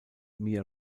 mia